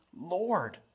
Lord